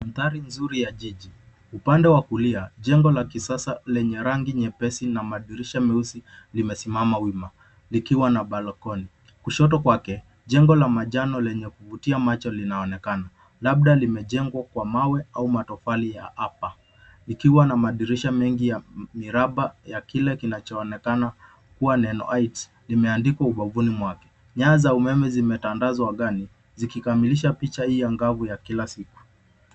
Mandhari nzuri ya jiji ,upande wa kulia jengo la kisasa lenye rangi nyepesi na madirisha meusi limesimama wima likiwa na balconi , kushoto kwake jengo la manjano lenye kuvutia macho linaonekana labda limejengwa kwa mawe au matofali ya hapa ikiwa na madirisha mengi ya miraba ya kila kinachoonekana kuwa neno [heights ] limeandikwa ubavuni mwake ,nyaya umeme zimetandazwa gani zikikamilisha picha hii ya ngavu ya kila siku.